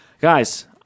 Guys